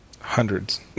Hundreds